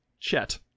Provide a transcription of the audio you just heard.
Chet